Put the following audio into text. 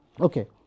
Okay